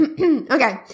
Okay